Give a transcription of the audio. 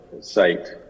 site